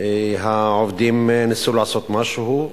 העובדים ניסו לעשות משהו,